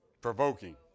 provoking